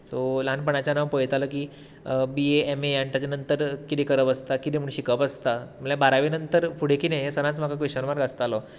so ल्हानपणाच्यान हांव पळयतालो की बी ए एम ए आनी ताच्या नंतर कितें करप आसता कितें म्हण शिकप आसता म्हळ्यार बारावी नंतर फुडें कितें हें सदांच म्हाका क्वेशन मार्क आसतालो